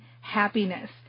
Happiness